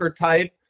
type